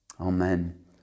Amen